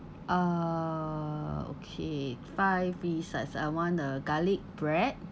uh okay five free sides I want a garlic bread